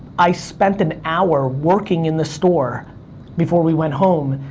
i spent an hour working in the store before we went home,